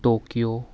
Tokyo